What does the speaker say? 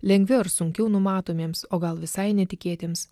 lengviau ar sunkiau numatomiems o gal visai netikėtiems